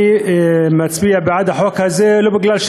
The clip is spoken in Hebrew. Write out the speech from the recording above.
אני מצביע בעד החוק הזה לא בגלל,